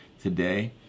today